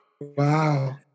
Wow